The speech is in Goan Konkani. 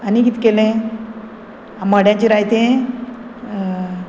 आनी कित केलें आंबाड्यांचें रायतें